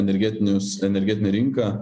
energetinius energetinę rinką